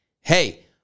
hey